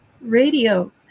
Radio